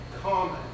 common